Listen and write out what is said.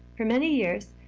for many years,